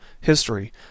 history